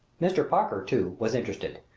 mr. parker, too, was interested.